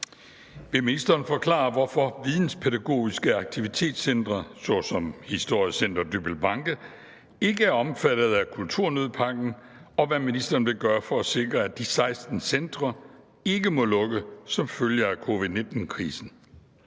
Vil ministeren forklare, hvorfor videnspædagogiske aktivitetscentre såsom Historiecenter Dybbøl Banke ikke er omfattede af kulturnødpakken, og hvad ministeren vil gøre for at sikre, at de 16 centre ikke må lukke som følge af covid-19-krisen?